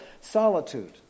Solitude